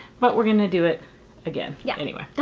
but we are going to do it again yeah anyway.